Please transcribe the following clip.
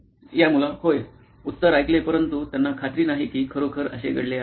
तर या मुला होय उत्तर ऐकले परंतु त्यांना खात्री नाही की खरोखर असे घडले आहे